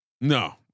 No